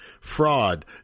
fraud